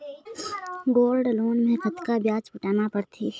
Gold loan मे कतका ब्याज पटाना पड़थे?